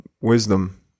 wisdom